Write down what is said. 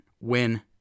win